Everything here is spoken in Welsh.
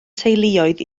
teuluoedd